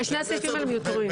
שני הסעיפים האלה מיותרים.